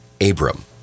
Abram